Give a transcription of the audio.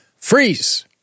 Freeze